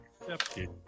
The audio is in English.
accepted